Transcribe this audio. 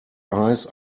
eyes